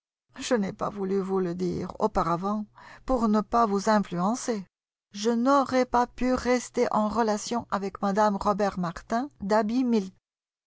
je n'ai pas voulu vous le dire auparavant pour ne pas vous influencer je n'aurais pas pu rester en relations avec mme robert martin